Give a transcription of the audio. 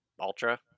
Ultra